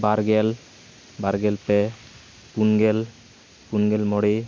ᱵᱟᱨ ᱜᱮᱞ ᱵᱟᱨᱜᱮᱞ ᱯᱮ ᱯᱩᱱ ᱜᱮᱞ ᱯᱩᱱᱜᱮᱞ ᱢᱚᱬᱮ